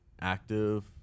active